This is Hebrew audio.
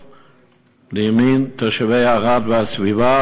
שיעמוד לימין תושבי ערד והסביבה,